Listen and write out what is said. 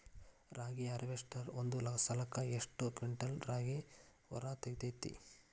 ರಾಗಿಯ ಹಾರ್ವೇಸ್ಟರ್ ಒಂದ್ ಸಲಕ್ಕ ಎಷ್ಟ್ ಕ್ವಿಂಟಾಲ್ ರಾಗಿ ಹೊರ ತೆಗಿತೈತಿ?